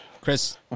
Chris